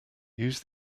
use